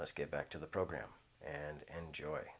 let's get back to the program and enjoy